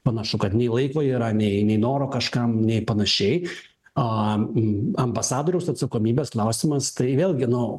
panašu kad nei laiko yra nei noro kažkam nei panašiai a ambasadoriaus atsakomybės klausimas tai vėlgi nu